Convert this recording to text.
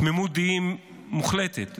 תמימות דעים מוחלטת בצה"ל,